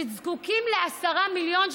שזקוקים ל-10 מיליון שקלים.